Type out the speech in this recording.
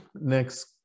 Next